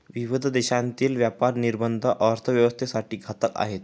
विविध देशांतील व्यापार निर्बंध अर्थव्यवस्थेसाठी घातक आहेत